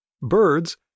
Birds